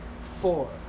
four